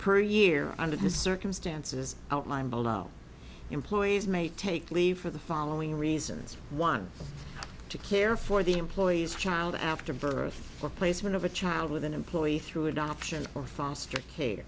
per year under the circumstances outlined below employees may take leave for the following reasons one to care for the employee's child after birth for placement of a child with an employee through adoption or foster